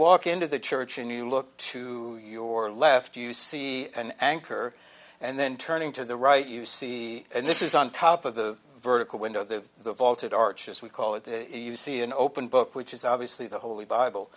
walk into the church a new look to your left you see an anchor and then turning to the right you see and this is on top of the vertical window the the vaulted arches we call it you see an open book which is obviously the holy bible